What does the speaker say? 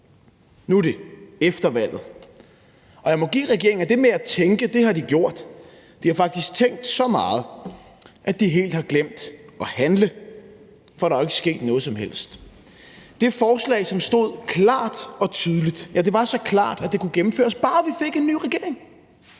Nu er det efter valget, og jeg må give regeringen, at det med at tænke har de gjort. De har faktisk tænkt så meget, at de helt har glemt at handle, for der er jo ikke sket noget som helst. Det forslag, hvis indhold stod klart og tydeligt – ja, det var så klart, at det kunne gennemføres, bare vi fik en ny regering